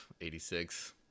86